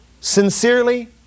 sincerely